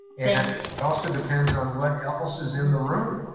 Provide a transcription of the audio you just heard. and it also depends on what else is in the room.